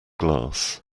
glass